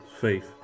faith